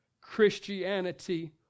Christianity